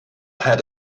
had